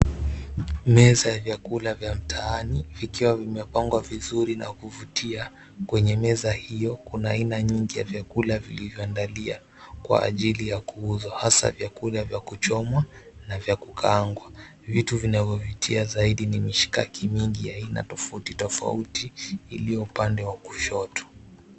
Meza ya vyakula vya mtaani vikiwa vimepangwa vizuri na kuvutia kwenye meza hiyo kuna aina nyingi ya vyakula vilivyoandaliwa kwa ajili ya kuuzwa hasaa vya kuchomwa na vya kukaangwa. Vitu vinavyovitia zaidi ni mishikaki mingi ya aina tofauti tofauti iliyo upande wa kushoto